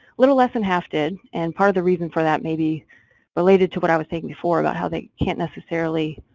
little less than half did. and part of the reason for that may be related to what i was saying before about how they can't necessarily,